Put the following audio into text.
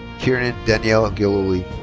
kieran ah danielle gillooly.